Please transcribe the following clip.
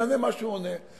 ויענה מה שהוא עונה.